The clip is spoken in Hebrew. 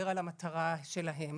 כשפה בשולחן אף אחד לא מדבר על המטרה שלהן.